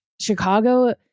Chicago